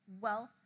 Wealth